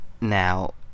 Now